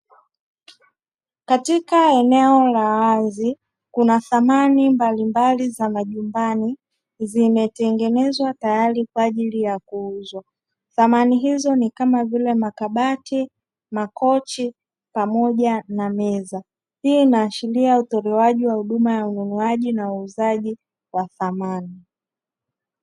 Katika eneo la wazi kuna samani mbalimbali za majumbani zimetengenezwa tayari kwa ajili ya kuuzwa. Samani hizo ni kama vile makabati, makochi pamoja na meza. Hii inaashiria utolewaji wa huduma ya ununuaji na uzwaji wa samani.